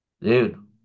Dude